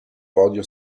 podio